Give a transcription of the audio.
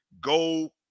Go